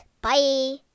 Bye